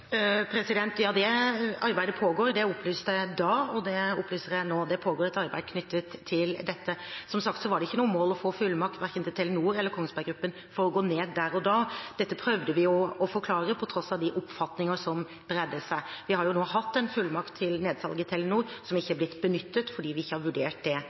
Ja, det arbeidet pågår. Det opplyste jeg da, og det opplyser jeg nå. Det pågår et arbeid knyttet til dette. Som sagt var det ikke noe mål å få fullmakt til verken Telenor eller Kongsberg Gruppen for å gå ned der og da. Dette prøvde vi å forklare på tross av de oppfatninger som bredte seg. Vi har nå hatt en fullmakt til nedsalg i Telenor som ikke er blitt benyttet, fordi vi ikke har vurdert det